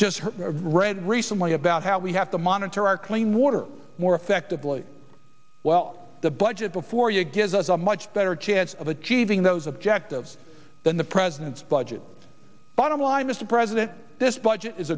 just read recently about how we have to monitor our clean water more effectively well the budget before you gives us a much better chance of achieving those objectives than the president's budget bottom line mr president this budget is